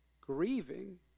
grieving